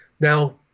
Now